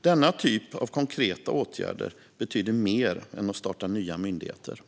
Denna typ av konkreta åtgärder betyder mer än att nya myndigheter startas.